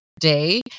day